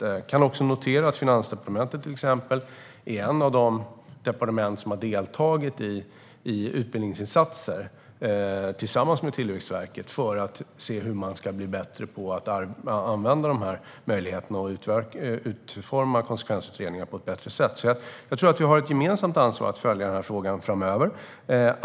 Jag kan till exempel notera att Finansdepartementet är ett av de departement som har deltagit i utbildningsinsatser tillsammans med Tillväxtverket för att se hur man ska kunna bli bättre på att använda de här möjligheterna att utforma konsekvensutredningar på ett bättre sätt. Jag tror att vi har ett gemensamt ansvar för att följa den här frågan framöver.